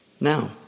Now